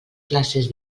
classes